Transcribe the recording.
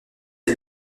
est